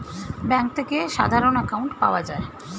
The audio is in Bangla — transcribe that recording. ব্যাঙ্ক থেকে সাধারণ অ্যাকাউন্ট পাওয়া যায়